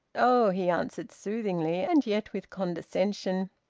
oh! he answered soothingly, and yet with condescension,